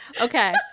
Okay